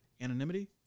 Anonymity